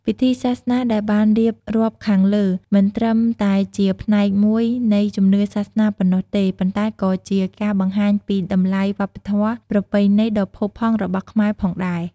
ពិធីសាសនាដែលបានរៀបរាប់ខាងលើមិនត្រឹមតែជាផ្នែកមួយនៃជំនឿសាសនាប៉ុណ្ណោះទេ ប៉ុន្តែក៏ជាការបង្ហាញពីតម្លៃវប្បធម៌ប្រពៃណីដ៏ផូរផង់របស់ខ្មែរផងដែរ។